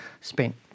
spent